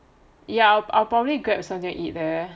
ya I'll probably grab something to eat there